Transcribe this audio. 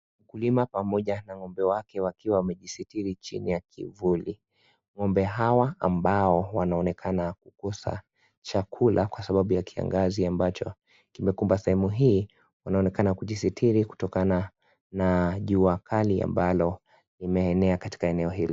Mkulima pamoja na ngombe wake wakiwa wamejisitiri chini ya kivuli, ngombe hawa ambao wanaonekana kukosa chakula kwa sababu ya kiangazi ambacho kimekipa sehemu hii, kunaonekana kujisitiri kutokana na jua kali ambalo limeenea katika eneo hilo.